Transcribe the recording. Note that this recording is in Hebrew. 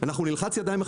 נלחץ ידיים,